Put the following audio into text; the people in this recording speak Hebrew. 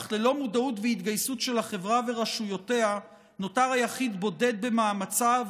אך ללא מודעות והתגייסות של החברה ורשויותיה נותר היחיד בודד במאמציו,